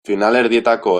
finalerdietako